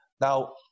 Now